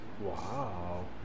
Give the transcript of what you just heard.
Wow